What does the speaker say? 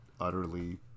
utterly